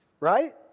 right